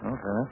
Okay